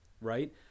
right